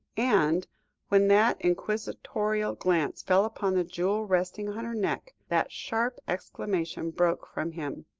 and when that inquisitorial glance fell upon the jewel resting on her neck, that sharp exclamation broke from him.